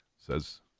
says